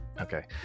Okay